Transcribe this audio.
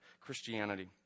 Christianity